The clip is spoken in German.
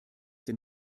den